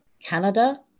Canada